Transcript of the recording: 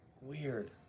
Weird